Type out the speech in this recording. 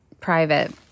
private